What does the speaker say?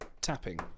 tapping